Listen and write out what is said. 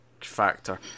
factor